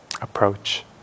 approach